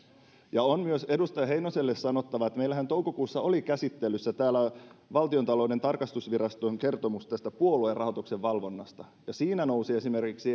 ja on edustaja heinoselle sanottava myös että meillähän toukokuussa oli käsittelyssä täällä valtiontalouden tarkastusviraston kertomus puoluerahoituksen valvonnasta ja siinä nousi